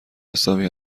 حسابی